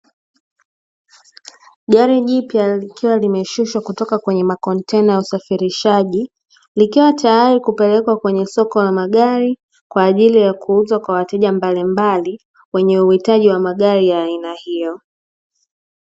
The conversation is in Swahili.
Gari jipya likiwa limeshushwa kutoka kwenye makontena ya usafirishaji, likiwa tayari kupelekwa kwenye soko la magari kwa ajili ya kuuzwa kwa wateja mbalimbali wenye uhitaji wa magari ya aina hiyo.